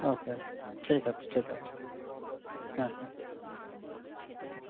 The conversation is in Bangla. ওকে ঠিক আছে ঠিক আছে হ্যাঁ হ্যাঁ